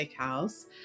Steakhouse